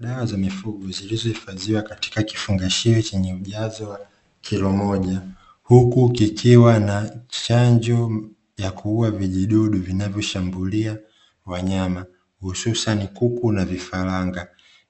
Dawa za mifugo zilizohifadhiwa katika kifungashio chenye ujazo wa kilo moja, huku kikiwa na chanjo ya kuua vijidudu vinavyoshambulia wanyama hususani kuku na vifaranga,